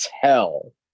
tell